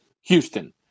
Houston